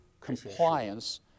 compliance